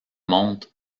montre